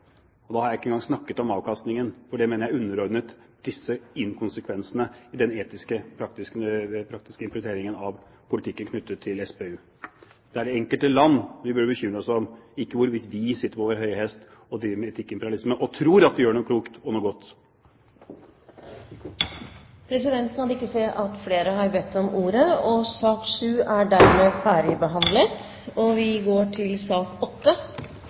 Da har jeg ikke engang snakket om avkastningen, for den mener jeg er underordnet disse inkonsekvensene i den etiske, praktiske implementeringen av politikken knyttet til SPU. Vi burde bekymre oss om det enkelte land, ikke sitte på vår høye hest og drive med etikkimperialisme og tro at vi gjør noe klokt og godt. Presidenten kan ikke se at flere har bedt om ordet til sak nr. 7. Etter ønske fra finanskomiteen vil presidenten foreslå at taletiden begrenses til 40 minutter og fordeles med inntil 5 minutter til